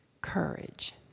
Courage